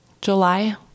July